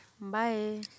bye